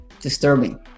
disturbing